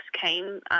came